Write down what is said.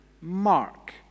Mark